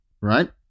Right